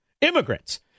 immigrants